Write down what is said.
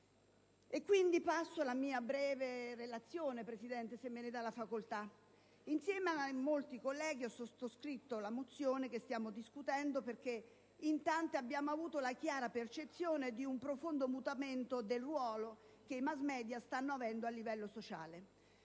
quindi alla mia breve illustrazione. Insieme a molti colleghi ho sottoscritto la mozione che stiamo discutendo perché in tanti abbiamo avuto la chiara percezione di un profondo mutamento del ruolo che i *mass media* stanno avendo a livello sociale.